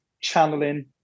channeling